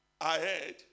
ahead